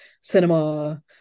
cinema